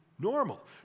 normal